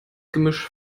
gemisch